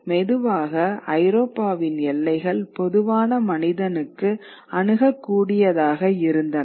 மெதுவாக ஐரோப்பாவின் எல்லைகள் பொதுவான மனிதனுக்கு அணுகக் கூடியதாக இருந்தன